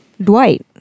Dwight